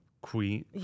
Queen